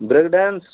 break dance